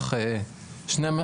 אי ביצוען,